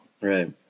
Right